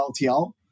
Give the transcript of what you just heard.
LTL